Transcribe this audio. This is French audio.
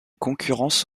concurrence